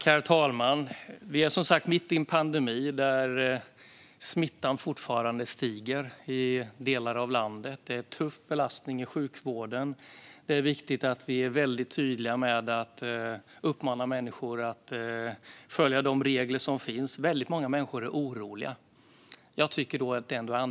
Herr talman! Vi är som sagt mitt i en pandemi där smittan fortfarande ökar i delar av landet. Det är en tuff belastning i sjukvården. Det är viktigt att vi är tydliga med att uppmana människor att följa de regler som finns. Väldigt många människor är oroliga.